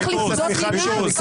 צריך לפדות ממי?